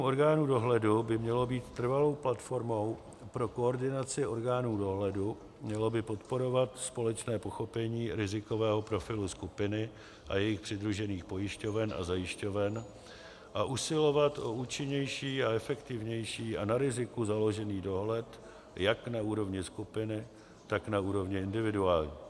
Kolegium orgánů dohledu by mělo být trvalou platformou pro koordinaci orgánů dohledu, mělo by podporovat společné pochopení rizikového profilu skupiny a jejích přidružených pojišťoven a zajišťoven a usilovat o účinnější a efektivnější a na riziku založený dohled jak na úrovni skupiny, tak na úrovni individuální.